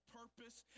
purpose